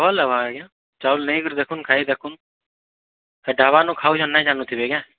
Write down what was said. ଭଲ୍ ହେବା ଆଜ୍ଞା ଚାଉଲ୍ ନେଇକରି ଦେଖୁନ୍ ଖାଇକରି ଦେଖୁନ୍ ହେ ଢାବା ନୁ ଖାଉଛନ୍ ନାଇ ଜାନୁଥିବେ କାଏଁ